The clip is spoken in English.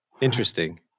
interesting